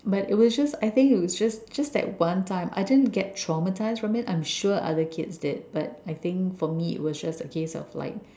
but it was just I think it was just just that one time I didn't get traumatized from it I'm sure other kids did but I think for me it was just a gist of like